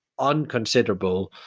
unconsiderable